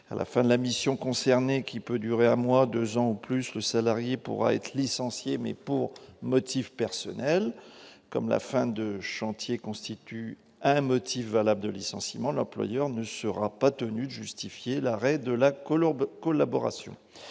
à la fin de la mission concernés qui peut durer un mois, 2 ans ou plus, le salarié pourra être licencié mais pour motif personnel comme la fin de chantier constitue un motif valable de licenciement, l'employeur ne sera pas tenu de justifier l'arrêt de la. Colombe collaboration,